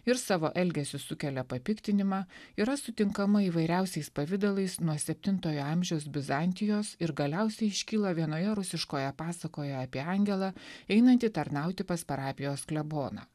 ir savo elgesiu sukelia papiktinimą yra sutinkama įvairiausiais pavidalais nuo septintojo amžiaus bizantijos ir galiausiai iškyla vienoje rusiškoje pasakoje apie angelą einantį tarnauti pas parapijos kleboną